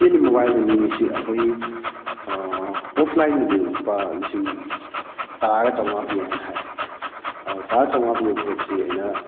ꯆꯦꯜꯂꯤꯕ ꯃꯣꯕꯥꯏꯜꯁꯤ ꯃꯤꯁꯤ ꯑꯩꯈꯣꯏ ꯑꯣꯐꯂꯥꯏꯟꯗꯗꯤ ꯂꯨꯄꯥ ꯂꯤꯁꯤꯡ ꯇꯔꯥꯒ ꯆꯥꯝꯃꯉꯥ ꯄꯤ ꯍꯥꯏꯅ ꯍꯥꯏ ꯇꯔꯥ ꯆꯥꯝꯃꯉꯥ ꯄꯤꯕ ꯄꯣꯠꯁꯤ ꯑꯩꯅ